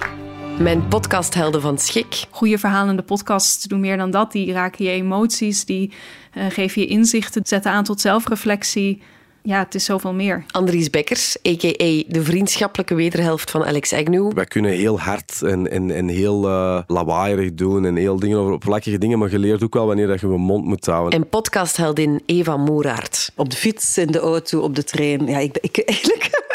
Mijn podcasthelden van Schik. Goeie verhalende podcasts doen meer dan dat. Die raken je emoties, die, eh, geven je inzichten, zetten aan tot zelfreflectie. Ja, het is zoveel meer. Andries Beckers, aka, de vriendschappelijke wederhelft van Alex Agnew. Wij kunnen heel hard en- en- en heel, eh, lawaaierig doen en heel dingen over- oppervlakkige dingen, maar je leert ook wel wanneer je je mond moet houden. En podcastheldin Eva Moeraert. Op de fiets, in de auto, op de trein. Ja, ik ben- ik- eigenlijk-